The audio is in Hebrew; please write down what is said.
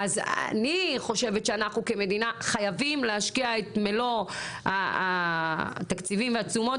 אז אני חושבת שאנחנו כמדינה חייבים להשקיע את מלוא התקציבים והתשומות